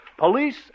Police